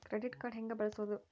Credit card ಹೆಂಗ ಬಳಸೋದು?